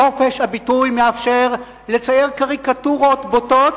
חופש הביטוי מאפשר לצייר קריקטורות בוטות